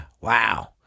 wow